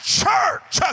church